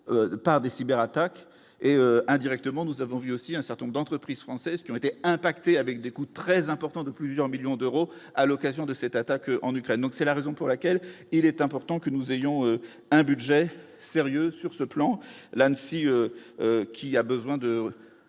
par des cyber attaques et, indirectement, nous avons vu aussi un certain nombre d'entreprises françaises qui ont été impactés, avec des coûts très importants de plusieurs millions d'euros à l'occasion de cette attaque, en Ukraine, donc c'est la raison pour laquelle il est important que nous ayons un budget sérieux sur ce plan-là ne s'qui a besoin de